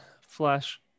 Flash